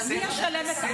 הכלכלה בקריסה.